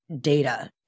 data